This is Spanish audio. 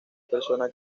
persona